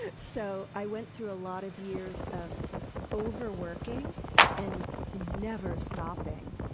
ah so i went through a lot of years of overworking and never stopping,